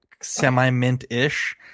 semi-mint-ish